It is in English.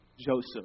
Joseph